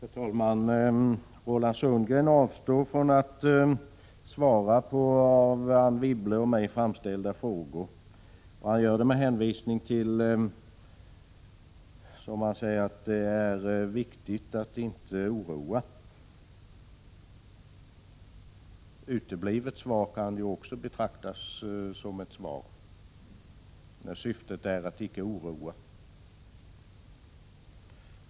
Herr talman! Roland Sundgren avstod från att svara på av Anne Wibble och mig framställda frågor, med hänvisning till att det är viktigt, som han säger, att inte oroa. Ett uteblivet svar kan ju också betraktas som ett svar, när syftet är att icke oroa.